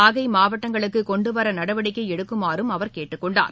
நாகைமாவட்டங்களுக்குகொண்டுவரநடவடிக்கைஎடுக்குமாறும் அவர் கேட்டுக்கொண்டார்